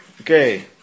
Okay